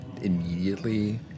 immediately